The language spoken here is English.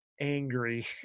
angry